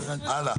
טוב, הלאה.